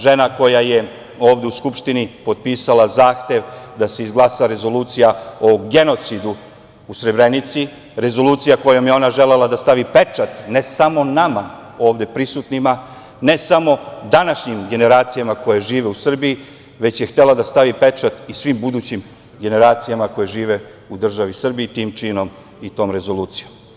Žena koja je ovde u Skupštini potpisala zahtev da se izglasa rezolucija o genocidu u Srebrenici, rezolucija kojom je ona želela da stavi pečat, ne samo nama ovde prisutnima, ne samo današnjim generacijama koje žive u Srbiji, već je htela da stavi pečat i svim budućim generacijama koje žive u državi Srbiji tim činom i tom rezolucijom.